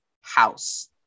house